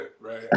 right